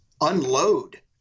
unload